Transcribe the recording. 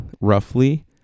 roughly